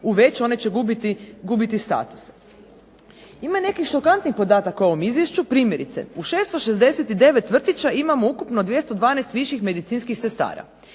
u veće, one će gubiti statuse. Ima nekih šokantnih podataka u ovom izvješću, primjerice u 669 vrtića imamo ukupno 212 viših medicinskih sestara.